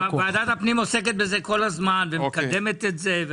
ועדת הפנים עוסקת בזה כל הזמן, מקדמת את זה.